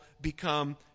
become